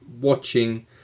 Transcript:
watching